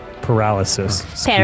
paralysis